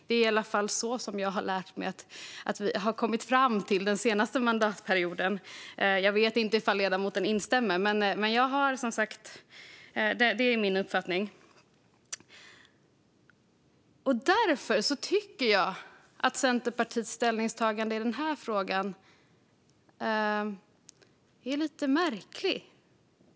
Det är i alla fall vad jag kommit fram till under den senaste mandatperioden. Jag vet inte om ledamoten instämmer, men det är min uppfattning. Därför tycker jag att Centerpartiets ställningstagande i den här frågan är lite märkligt.